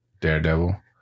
Daredevil